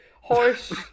Horse